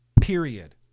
period